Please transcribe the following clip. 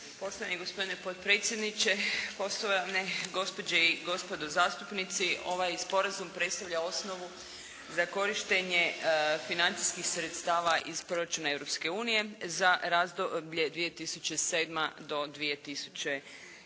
Poštovani gospodine potpredsjedniče, poštovani gospođe i gospodo zastupnici. Ovaj sporazum predstavlja osnovu za korištenje financijskih sredstava iz proračuna Europske unije za razdoblje 2007. do 2010.